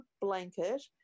blanket